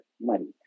money